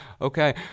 okay